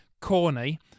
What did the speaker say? corny